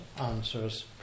answers